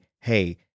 hey